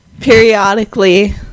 Periodically